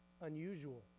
unusual